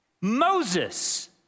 Moses